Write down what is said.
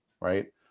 right